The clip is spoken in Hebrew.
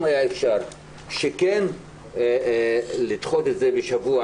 כן לדחות את זה בשבוע,